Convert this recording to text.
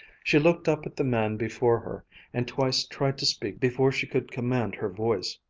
she looked up at the man before her and twice tried to speak before she could command her voice.